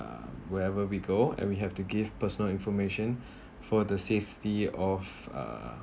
uh wherever we go and we have to give personal information for the safety of uh